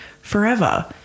forever